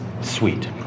sweet